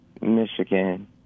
Michigan